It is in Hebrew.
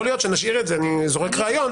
יכול להיות שנשאיר את זה אני זורק רעיון.